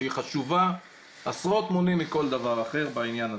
שהיא חשובה עשרות מונים מכל דבר אחר בעניין הזה.